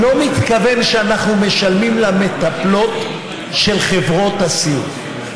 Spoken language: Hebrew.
אני לא מתכוון שאנחנו משלמים למטפלות של חברות הסיעוד.